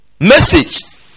Message